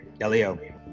elio